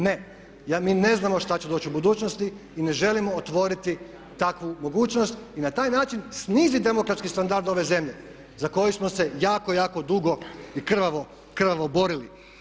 Ne, mi ne znamo što će doći u budućnosti i ne želimo otvoriti takvu mogućnost i na taj način sniziti demokratski standard ove zemlje za koju smo se jako, jako dugo i krvavo borili.